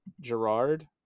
Gerard